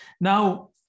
Now